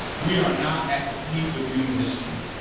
we are not at the peak of human history.